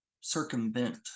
circumvent